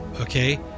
okay